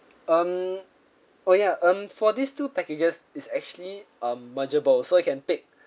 um oh yeah um for these two packages it's actually um merge able so you can pick